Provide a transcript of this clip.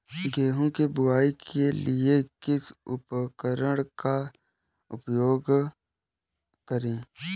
गेहूँ की बुवाई के लिए किस उपकरण का उपयोग करें?